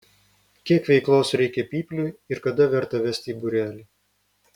kiek veiklos reikia pypliui ir kada verta vesti į būrelį